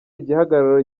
igihagararo